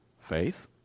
faith